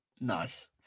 Nice